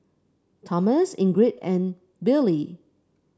Tomas Ingrid and Billye